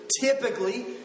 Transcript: typically